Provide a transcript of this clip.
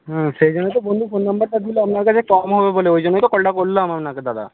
হ্যাঁ সেই জন্যই তো বন্ধু ফোন নম্বরটা দিল আপনার কাছে কম হবে বলে ওই জন্যই তো কলটা করলাম আপনাকে দাদা